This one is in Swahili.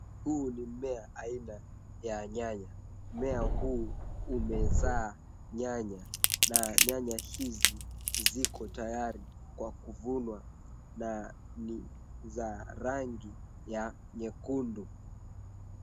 Huu ni mmea aina ya nyanya. Mmea huu umezaa nyanya na nyanya hizi ziko tayari kwa kuvunwa na ni za rangi ya nyekundu.